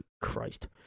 Christ